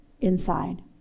inside